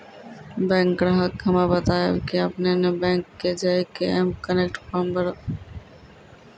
bank ग्राहक के हम्मे बतायब की आपने ने बैंक मे जय के एम कनेक्ट फॉर्म भरबऽ